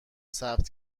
ثبت